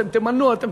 אתם תמנו.